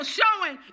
showing